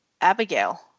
Abigail